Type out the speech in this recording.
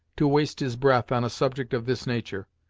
to waste his breath on a subject of this nature.